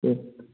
दे